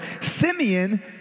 Simeon